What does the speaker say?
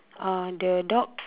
uh the dog